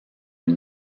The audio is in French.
une